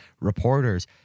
reporters